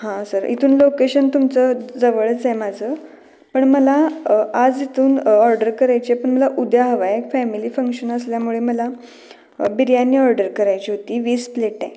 हा सर इथून लोकेशन तुमचं जवळच आहे माझं पण मला आज इथून ऑर्डर करायची आहे पण मला उद्या हवं आहे फॅमिली फंक्शन असल्यामुळे मला बिर्याणी ऑर्डर करायची होती वीस प्लेट आहे